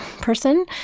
person